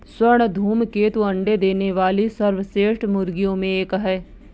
स्वर्ण धूमकेतु अंडे देने वाली सर्वश्रेष्ठ मुर्गियों में एक है